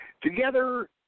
together